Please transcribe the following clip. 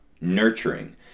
nurturing